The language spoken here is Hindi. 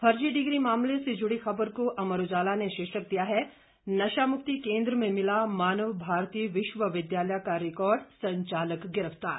फर्जी डिग्री मामले से जुड़ी खबर को अमर उजाला ने शीर्षक दिया है नशा मुक्ति केंद्र में मिला मानव भारती विवि का रिकार्ड संचालक गिरफ्तार